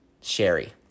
Sherry